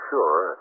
Sure